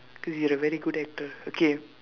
cause you are a very good actor okay